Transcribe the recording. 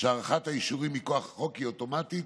שהארכת האישורים מכוח החוק היא אוטומטית